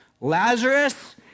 Lazarus